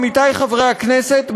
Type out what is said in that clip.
עמיתי חברי הכנסת,